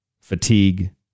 fatigue